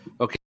Okay